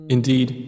Indeed